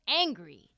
angry